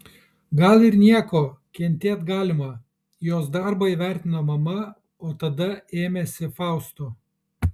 gal ir nieko kentėt galima jos darbą įvertino mama o tada ėmėsi fausto